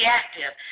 active